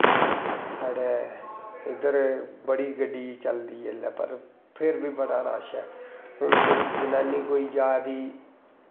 साढ़ै इद्धर बड़ी गड्डी चलदी एल्लै पर फिर बी बड़ा रश ऐ हून जनानी कोई जा'रदी